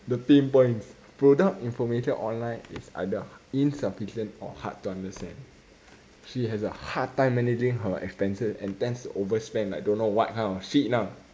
the pain points product information online is either insufficient or hard to understand she has a hard time managing her expenses and tends to overspend like don't know what kind of shit lah